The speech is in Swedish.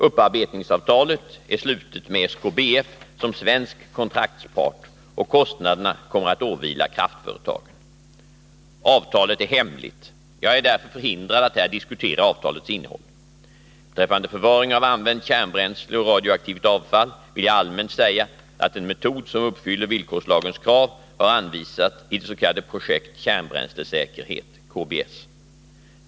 Upparbetningsavtalet är slutet med SKBF som svensk kontraktspart, och kostnaderna kommer att åvila kraftföretagen. Avtalet är hemligt. Jag är därför förhindrad att här diskutera avtalets innehåll. Beträffande förvaring av använt kärnbränsle och radioaktivt avfall vill jag allmänt säga att en metod som uppfyller villkorslagens krav har anvisats i det s.k. projekt kärnbränslesäkerhet .